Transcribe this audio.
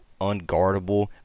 unguardable